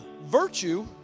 Virtue